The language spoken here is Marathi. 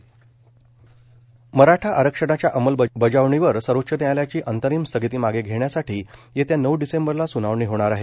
मराठा आरक्षण मराठा आरक्षणाच्या अंमलबजावणीवर सर्वोच्च न्यायालयाची अंतरिम स्थगिती मागे घेण्यासाठी येत्या नऊ डिसेंबरला सुनावणी होणार आहे